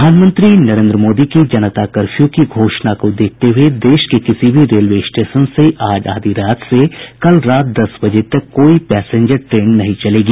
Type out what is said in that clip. प्रधानमंत्री नरेन्द्र मोदी की जनता कर्फ्यू की घोषणा को देखते हुए देश के किसी भी रेलवे स्टेशन से आज आधी रात से कल रात दस बजे तक कोई पैसेंजर ट्रेन नहीं चलेगी